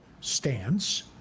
stance